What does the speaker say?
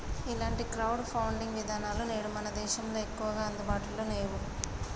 ఇలాంటి crowd funding విధానాలు నేడు మన దేశంలో ఎక్కువగా అందుబాటులో నేవు